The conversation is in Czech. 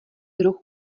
druh